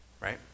Right